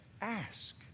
Ask